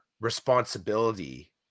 responsibility